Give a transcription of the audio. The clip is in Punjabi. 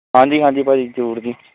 ਹਾਂਜੀ ਹਾਂਜੀ ਭਾਅ ਜੀ ਜ਼ਰੂਰ ਜੀ